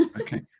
Okay